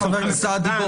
חבר הכנסת סעדי,